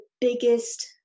biggest